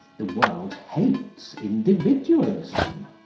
the world hates individualism.